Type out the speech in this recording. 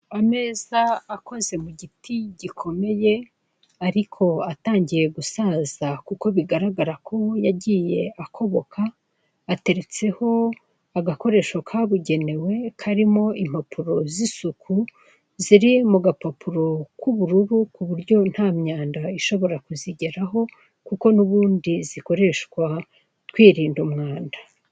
Ameza koze mu giti gikomeye ariko atangiye gusaza kuko bigaragara ko yagiye akoboka, ateretseho agakoresho kabugenewe karimo impapuro z'isuku ziri mu gapapuro k'ubururu ku buryo nta myanda ishobora kuzigeraho kuko n'ubundi zikoreshwa twirinda umwanda.